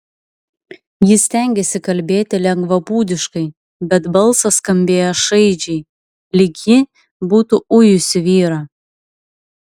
ji stengėsi kalbėti lengvabūdiškai bet balsas skambėjo šaižiai lyg ji būtų ujusi vyrą